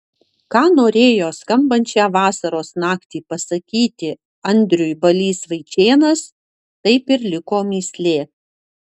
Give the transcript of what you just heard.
ką norėjo skambančią vasaros naktį pasakyti andriui balys vaičėnas taip ir liko mįslė